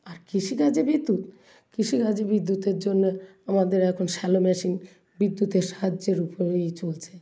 আর কৃষিকাজে বিদ্যুৎ কৃষিকাজে বিদ্যুতের জন্যে আমাদের এখন শ্যালো মেশিন বিদ্যুতের সাহায্যের উপরেই চলছে